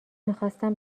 میخواستم